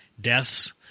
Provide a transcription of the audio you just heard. deaths